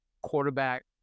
quarterback